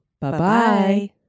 Bye-bye